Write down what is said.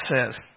says